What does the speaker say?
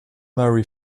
marie